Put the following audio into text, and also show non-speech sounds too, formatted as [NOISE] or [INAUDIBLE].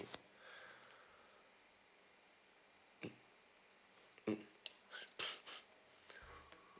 [BREATH] mm mm [BREATH]